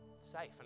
safe